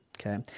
Okay